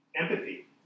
Empathy